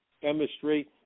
chemistry